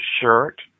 shirt